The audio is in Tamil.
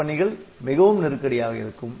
சில பணிகள் மிகவும் நெருக்கடியாக இருக்கும்